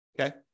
Okay